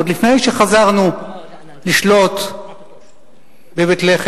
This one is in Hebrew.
עוד לפני שחזרנו לשלוט בבית-לחם,